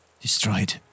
destroyed